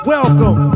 Welcome